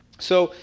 so,